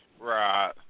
Right